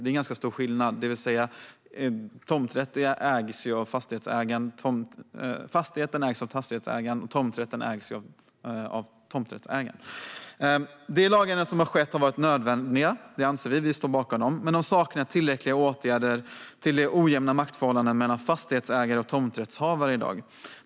Det är ganska stor skillnad: Fastigheten ägs av fastighetsägaren och tomträtten ägs av tomträttsägaren. De lagändringar som skett har varit nödvändiga - det anser vi, och vi står bakom dem - men de saknar tillräckliga åtgärder gällande dagens ojämna maktförhållanden mellan fastighetsägare och tomträttshavare.